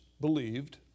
believed